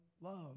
love